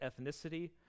ethnicity